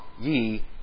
ye